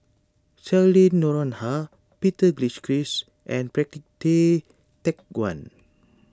Cheryl Noronha Peter Gilchrist and Patrick Tay Teck Guan